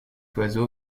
oiseau